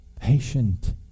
patient